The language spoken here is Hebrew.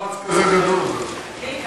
זה לא מאמץ כזה גדול.